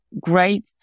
great